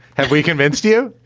have we convinced you?